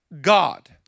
God